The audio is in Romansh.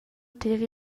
tier